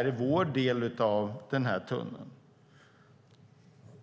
som "vår" del av tunneln.